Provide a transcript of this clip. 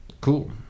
cool